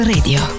Radio